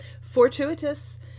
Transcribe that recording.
fortuitous